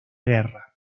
guerra